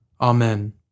Amen